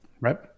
Right